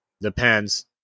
Depends